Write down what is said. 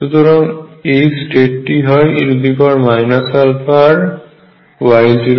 সুতরাং এই স্টেটটি হয় e αr Y00Cn